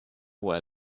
where